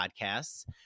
Podcasts